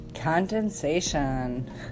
condensation